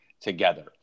together